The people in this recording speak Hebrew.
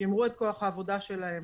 ששימרו את כוח העבודה שלהם.